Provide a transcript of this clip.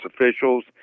officials